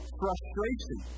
frustration